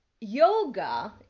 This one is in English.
yoga